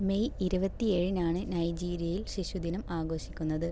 May ഇരുപത്തിയേഴിനാണ് നൈജീരിയയിൽ ശിശുദിനം ആഘോഷിക്കുന്നത്